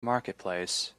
marketplace